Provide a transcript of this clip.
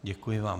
Děkuji vám.